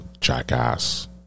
jackass